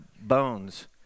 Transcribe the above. bones